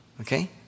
Okay